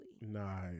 Nice